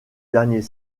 dernier